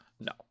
No